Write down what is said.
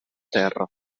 terra